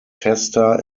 testa